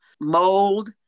mold